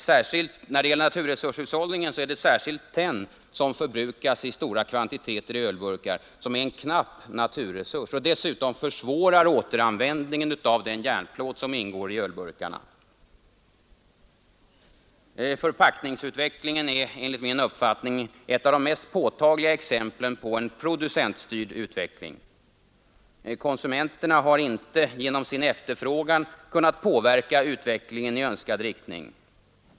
Särskilt tenn, som förbrukas i stora kvantiteter i ölburkar, är en knapp naturresurs och försvårar dessutom återanvändningen av den järnplåt som ingår i ölburkarna. Förpackningsutvecklingen är enligt min uppfattning ett av de mest påtagliga exemplen på en producentstyrd utveckling. Konsumenterna har inte genom sin efterfrågan kunnat påverka utvecklingen i önskad riktning.